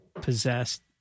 possessed